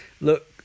Look